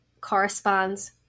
corresponds